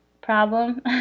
problem